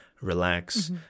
relax